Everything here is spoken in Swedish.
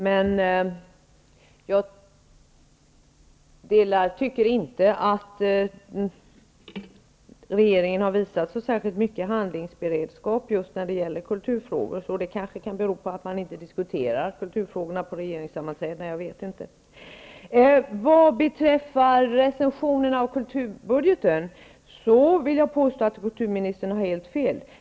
Men jag tycker inte att regeringen har visat så särskilt mycket handlingskraft just i kulturfrågor, och det kan kanske bero på att kulturfrågorna inte diskuteras på regeringssammanträdena. Jag vet inte. Vad beträffar recensionerna av kulturbudgeten vill jag påstå att kulturministern har helt fel.